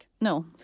No